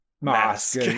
mask